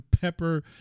Pepper